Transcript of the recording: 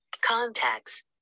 Contacts